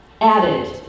added